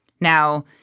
Now